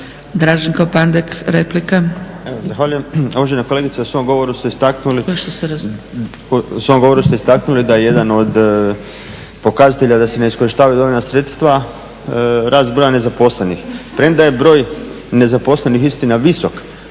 Draženko (SDP)** Zahvaljujem. Uvažena kolegice, u svom govoru ste istaknuli da je jedan od pokazatelja da se ne iskorištavaju dovoljno sredstva rast broja nezaposlenih. Premda je broj nezaposlenih istina visok,